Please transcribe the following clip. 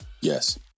yes